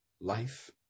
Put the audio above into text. life